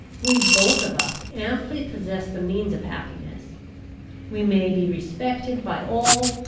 we both of us amply possess the means of happiness we may be respected by all,